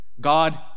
God